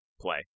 play